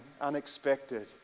unexpected